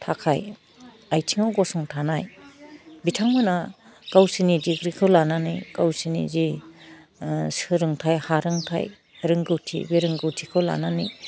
थाखाइ आइथिङाव गसं थानाय बिथांमोना गावसिनि दिग्रिखौ लानानै गावसिनि जे ओह सोलोंथाइ हारोंथाइ रोंगौथि बि रोंगौथिखौ लानानै